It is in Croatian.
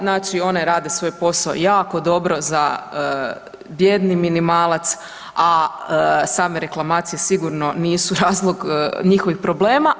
Znači one rade svoj posao jako dobro za bijedni minimalac, a same reklamacije sigurno nisu razlog njihovih problema.